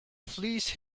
fleece